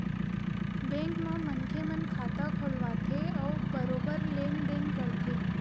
bank म मनखे मन खाता खोलवाथे अउ बरोबर लेन देन करथे